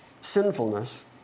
sinfulness